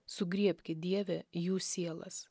sugriebki dieve jų sielas